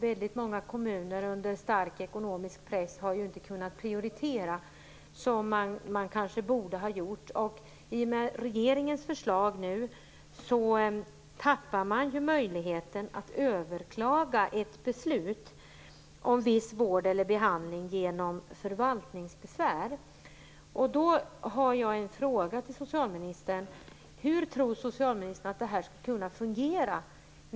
Väldigt många kommuner under stark ekonomisk press har inte kunnat prioritera som man kanske borde ha gjort. I och med regeringens förslag, tappar man nu möjligheten att överklaga ett beslut om viss vård eller behandling genom förvaltningsbesvär. Då har jag en fråga till socialministern. Hur tror socialministern att det här skall kunna fungera?